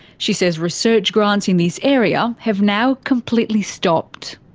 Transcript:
she says research grants in this area have now completely stopped.